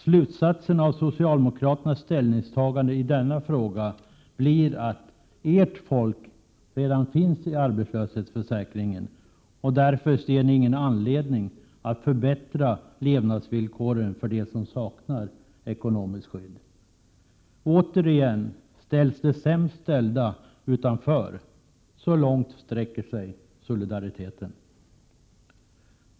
Slutsatsen av socialdemokraternas ställningstagande i denna fråga blir att ert 9 folk redan finns i arbetslöshetsförsäkringen och att ni därför inte ser någon anledning att förbättra levnadsvillkoren för den som saknar ekonomiskt skydd. Återigen ställs de sämst ställda utanför. Så långt sträcker sig solidariteten.